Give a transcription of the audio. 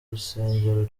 rusengero